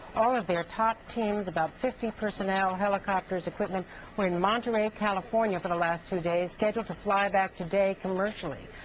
all of their top teams about fifty personnel, helicopters, equipment were in monterrey california for the last two days scheduled to fly back today commercially.